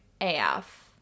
AF